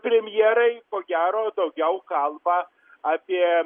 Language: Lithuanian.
premjerai ko gero daugiau kalba apie